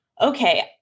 Okay